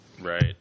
Right